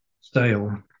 style